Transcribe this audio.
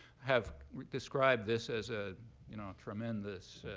have described this as a you know tremendous,